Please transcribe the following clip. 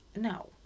No